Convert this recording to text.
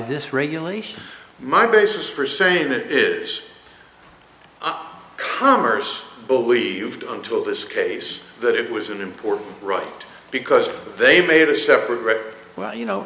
this regulation my basis for saying that is commerce believed until this case that it was an important right because they made a separate read well you know